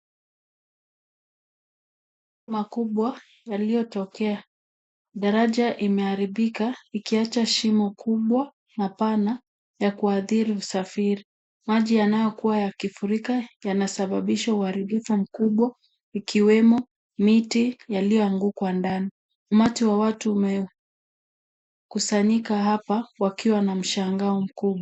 Makubwa yaliyotokea, daraja imeharibika ikiacha shimo kubwa na pana ya kuadhiri usafiri. Maji yanayokuwa yakifurika yanasababisha uharibifu mkubwa ikiwemo miti yaliyoanguka ndani. Umati wa watu umekusanyika hapa wakiwa na mshangao mkubwa.